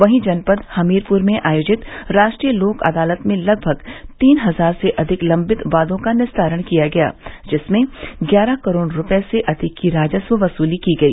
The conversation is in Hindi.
वहीं जनपद हमीरपुर में आयोजित रा ट्रीय लोक अदालत में लगभग तीन हजार से अधिक लम्बित वादों का निस्तारण किया गया जिसमें ग्यारह करोड़ रूपये से अधिक की राजस्व वसूली की गई